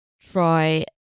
try